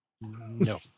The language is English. no